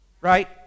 Right